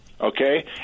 okay